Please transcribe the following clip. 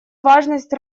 важность